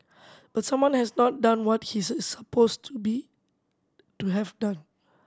but someone has not done what he is suppose to be to have done